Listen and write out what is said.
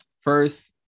first